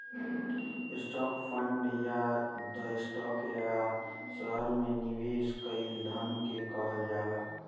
stock fund या त stock या शहर में निवेश कईल धन के कहल जाला